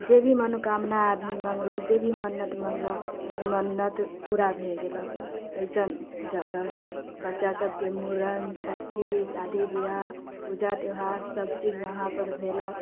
जे भी मनोकामना आदमी मङ्गलक जे भी मन्नत मङ्गलक उ मन्नत पूरा भए गेलक ऐसन जगह हय बच्चा सभके मुड़न छठि शादी ब्याह पूजा त्योहार सभ चीज उहाँपर भेलक